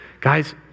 Guys